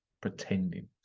pretending